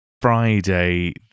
Friday